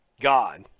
God